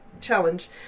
challenge